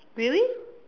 really